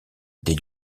des